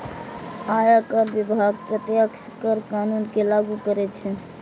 आयकर विभाग प्रत्यक्ष कर कानून कें लागू करै छै